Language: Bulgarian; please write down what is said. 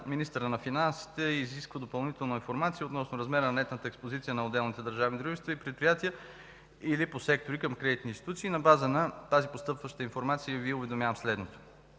министърът на финансите регулярно изисква допълнително информация относно размера на нетната експозиция на отделните държавни дружества и предприятия или по сектори към кредитни институции. На база на тази постъпваща информация Ви уведомявам следното.